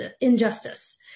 injustice